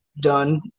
done